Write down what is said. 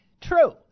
true